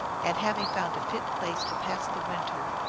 and having found a fit place to pass the winter,